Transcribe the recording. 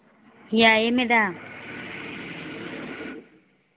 ꯌꯥꯏꯌꯦ ꯃꯦꯗꯥꯝ